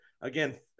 Again